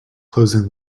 closing